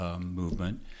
movement